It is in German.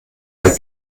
bei